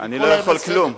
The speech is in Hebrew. אני לא יכול כלום.